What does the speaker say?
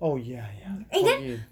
oh ya ya corgi